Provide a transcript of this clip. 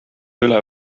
üle